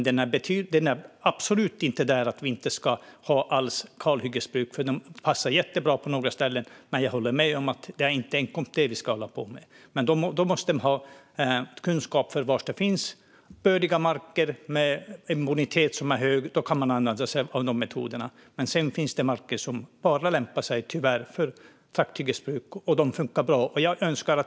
Det är absolut inte så att vi inte alls ska ha kalhyggesbruk, för det passar jättebra på vissa ställen. Men jag håller med om att det inte enkom är det vi ska hålla på med. Man måste ha kunskap om var det finns bördiga marker med hög bonitet - då kan man använda sig av dessa metoder. Sedan finns det marker som - tyvärr - bara lämpar sig för trakthyggesbruk, och de funkar bra.